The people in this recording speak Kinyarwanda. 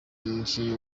umukinnyi